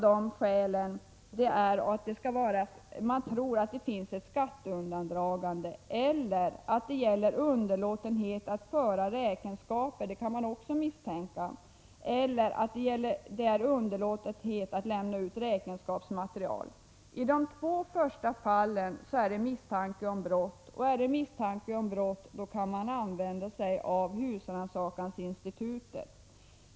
Det är de fall där man misstänker ett skatteundandragande, underlåtenhet att föra räkenskaper eller underlåtenhet att lämna ut räkenskapsmaterial. I de två första fallen är det misstanke om brott, och då kan man använda husrannsakansinstitutet.